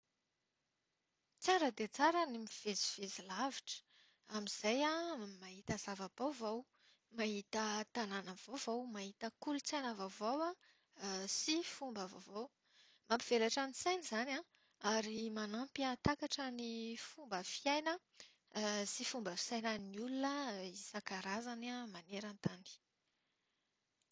Tsara dia tsara ny mivezivezy alavitra. Amin'izay mahita zava-baovao, mahita tanàna vaovao, mahita kolotsaina vaovao an, sy fomba vaovao. Mampivelatra ny saina izany an ary manampy hahatakatra ny fomba fiaina sy fomba fisainan'ny olona isan-karazany an maneran-tany.